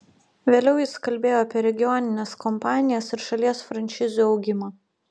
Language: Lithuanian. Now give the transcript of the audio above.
vėliau jis kalbėjo apie regionines kompanijas ir šalies franšizių augimą